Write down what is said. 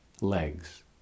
legs